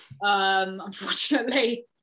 Unfortunately